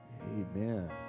Amen